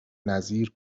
نظیر